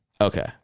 okay